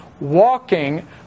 walking